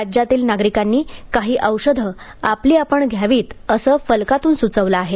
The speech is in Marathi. राज्यातील नागरिकांनी काही औषधे आपली आपण घ्यावीत असे फलकातून सुचवले आहे